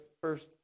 first